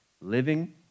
Living